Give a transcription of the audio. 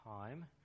time